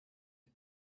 the